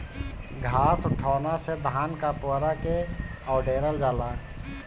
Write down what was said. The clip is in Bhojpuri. घास उठौना से धान क पुअरा के अवडेरल जाला